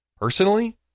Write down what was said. personally